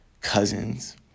cousins